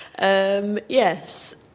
Yes